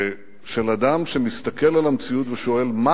של אדם שמסתכל על המציאות ושואל: מה